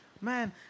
man